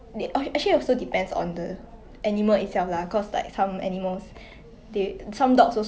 mm